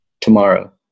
tomorrow